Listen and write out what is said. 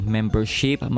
Membership